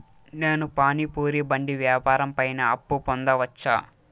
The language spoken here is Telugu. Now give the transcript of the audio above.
నేను పానీ పూరి బండి వ్యాపారం పైన అప్పు పొందవచ్చా?